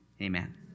amen